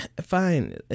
fine